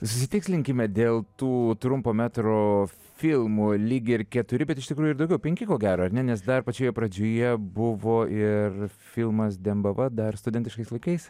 susitikslinkime dėl tų trumpo metro filmų lyg ir keturi bet iš tikrųjų ir daugiau penki ko gero ar ne nes dar pačioje pradžioje buvo ir filmas dembava dar studentiškais laikais